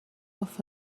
off